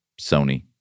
Sony